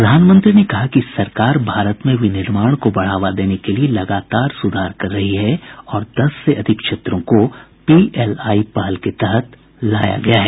प्रधानमंत्री ने कहा कि सरकार भारत में विनिर्माण को बढ़ावा देने के लिए लगातार सुधार कर रही है और दस से अधिक क्षेत्रों को पीएलआई पहल के तहत लाया गया है